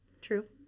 True